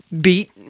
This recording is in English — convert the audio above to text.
beat